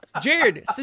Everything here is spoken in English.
Jared